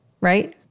right